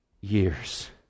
years